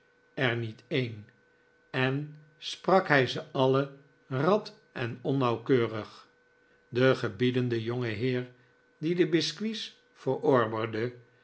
er niet een en sprak hij ze alle rad en onnauwkeurig de gebiedende jongeheer die de